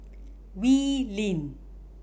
Wee Lin